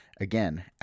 Again